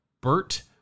Bert